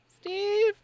Steve